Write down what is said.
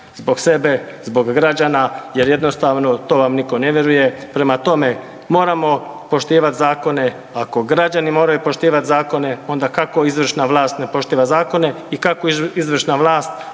zbog sebe, zbog građana jer jednostavno to vam nitko ne vjeruje. Prema tome moramo poštivati zakone, ako građani moraju poštivati zakone onda kako izvršna vlast ne poštiva zakone i kako izvršna vlast poštuje zakonodavnu